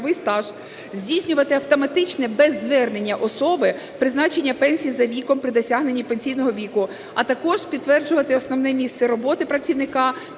Дякую.